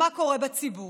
מה קורה בציבור.